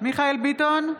מיכאל מרדכי ביטון,